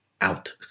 out